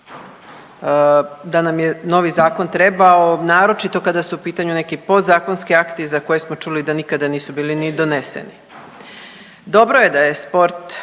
da nam je novi zakon trebao naročito kada su u pitanju neki podzakonski akti za koje smo čuli da nikada nisu bili ni doneseni. Dobro je da je sport